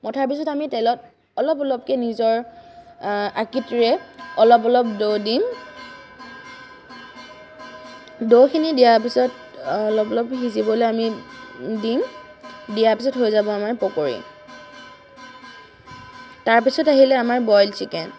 মঠাৰ পিছত আমি তেলত অলপ অলপকৈ নিজৰ আকৃতিৰে অলপ অলপ দৈ দিম দৈ খিনি দিয়াৰ পিছত অলপ অলপ সিজিবলৈ আমি দিম দিয়াৰ পিছত হৈ যাব আমাৰ পকৰি তাৰপিছত আহিলে আমাৰ বইল চিকেন